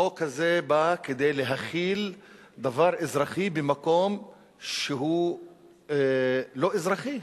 החוק הזה בא להחיל דבר אזרחי במקום שהוא לא אזרחי,